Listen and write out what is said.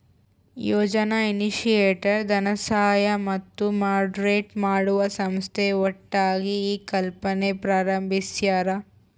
ಯೋಜನಾ initiator ಧನಸಹಾಯ ಮತ್ತು moderate ಮಾಡುವ ಸಂಸ್ಥೆ ಒಟ್ಟಾಗಿ ಈ ಕಲ್ಪನೆ ಪ್ರಾರಂಬಿಸ್ಯರ